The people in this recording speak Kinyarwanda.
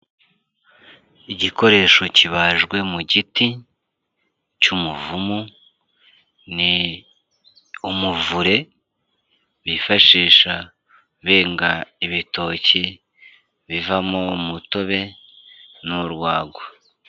Igikoresho kibajwe mu giti cy'umuvumu ni umuvure bifashisha benga ibitoki bivamo umutobe n'urwagwa.